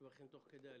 שבחים תוך כדי הליכה.